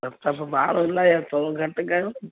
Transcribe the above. सत सौ भाड़ो इलाही आहे थोरो घटि कयो